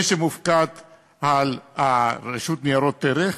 זה שמופקד על הרשות לניירות ערך,